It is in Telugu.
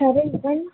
సరే ఇవ్వండి